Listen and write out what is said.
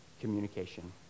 communication